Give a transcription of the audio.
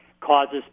causes